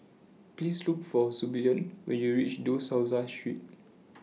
Please Look For Zebulon when YOU REACH De Souza Street